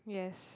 yes